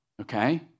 okay